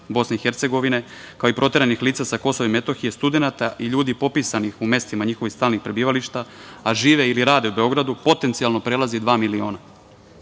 BiH, kao i proteranih lica sa KiM, studenata i ljudi popisanih u mestima njihovih stalnih prebivališta, a žive ili rade u Beogradu, potencijalno prelazi dva miliona.